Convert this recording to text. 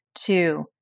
two